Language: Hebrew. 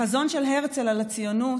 החזון של הרצל על הציונות,